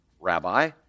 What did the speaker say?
Rabbi